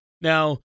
Now